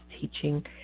teaching